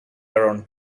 around